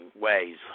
ways